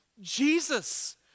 Jesus